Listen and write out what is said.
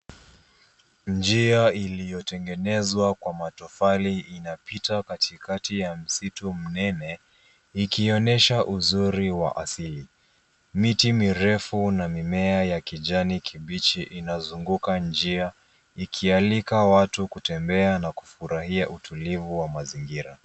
Njia iliyotengenezwa kwa matofali, inapita katikati ya msitu mnene ikionyesha uzuri wa asili. Miti mirefu na mimea ya kijani kibichi inazunguka njia, ikialika watu kutembea na kufurahia utulivu wa mazingira.